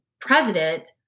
president